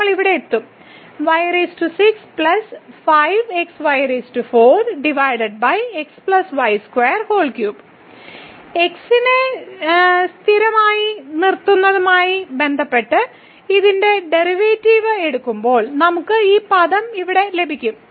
നമ്മൾ ഇവിടെയെത്തും x നെ സ്ഥിരമായി നിലനിർത്തുന്നതുമായി ബന്ധപ്പെട്ട് ഇതിന്റെ ഡെറിവേറ്റീവ് എടുക്കുമ്പോൾ നമുക്ക് ഈ പദം ഇവിടെ ലഭിക്കും